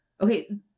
Okay